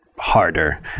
harder